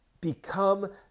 become